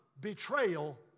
betrayal